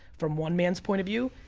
from one man's point of view.